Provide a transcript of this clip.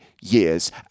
years